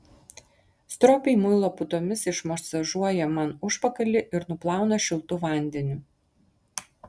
stropiai muilo putomis išmasažuoja man užpakalį ir nuplauna šiltu vandeniu